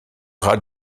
ras